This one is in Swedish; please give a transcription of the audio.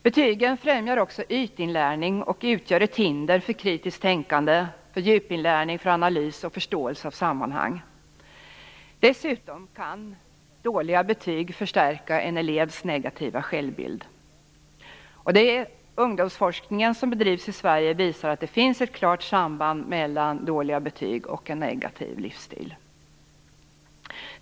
Betygen främjar också ytinlärning och utgör ett hinder för kritiskt tänkande, för djupinlärning, för analys och för förståelse av sammanhang. Dessutom kan dåliga betyg förstärka en elevs negativa självbild. Den ungdomsforskning som bedrivs i Sverige visar att det finns ett klart samband mellan dåliga betyg och en negativ livsstil.